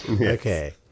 Okay